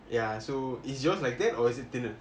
mmhmm